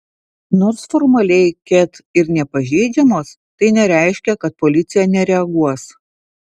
nors formaliai ket ir nepažeidžiamos tai nereiškia kad policija nereaguos